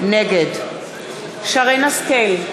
נגד שרן השכל,